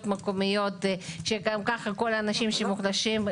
מקומיות שגם ככה כל האנשים שמוחלשים,